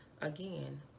again